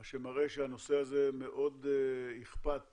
מה שמראה שמאוד אכפת